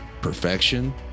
perfection